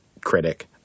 critic